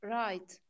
right